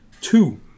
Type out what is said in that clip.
two